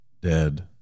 dead